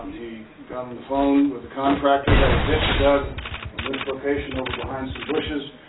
he got on the phone with a contractor. had a ditch dug in this location, over behind some bushes,